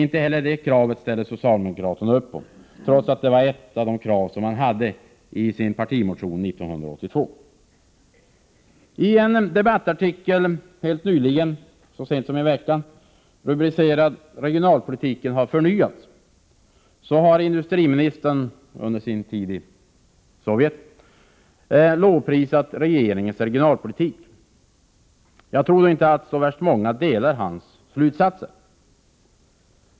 Inte heller det kravet ställer sig socialdemokraterna bakom, trots att det var ett av de krav som de hade i sin partimotion 1982. Av en debattartikel helt nyligen, rubricerad ”Regionalpolitiken har förnyats”, framgår att industriministern under sitt besök i Sovjet har lovprisat regeringens regionalpolitik. Jag tror dock inte att så värst många delar hans slutsatser.